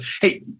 Hey